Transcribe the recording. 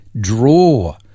draw